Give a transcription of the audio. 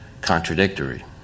contradictory